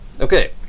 Okay